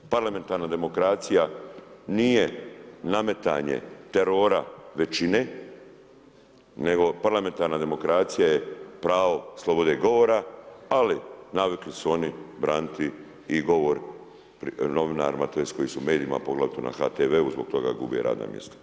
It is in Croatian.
Parlamentarna demokracija nije nametanje terora većine, nego parlamentarna demokracija je pravo slobode govora, ali navikli su oni braniti i govor novinarima tj. koji su u medijima, poglavito na HTV-u i zbog toga gube radna mjesta.